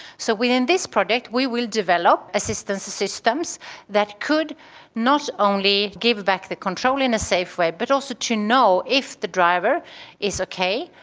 so within this project we will develop assistance systems that could not only give back the control in a safe way but also to know if the driver is okay,